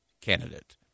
candidate